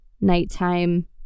nighttime